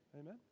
Amen